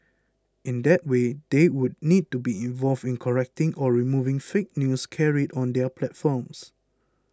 in that way they would need to be involved in correcting or removing fake news carried on their platforms